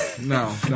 no